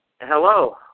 hello